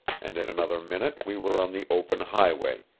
and in another minute we were on the open highway,